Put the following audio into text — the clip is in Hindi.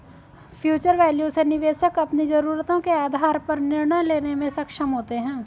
फ्यूचर वैल्यू से निवेशक अपनी जरूरतों के आधार पर निर्णय लेने में सक्षम होते हैं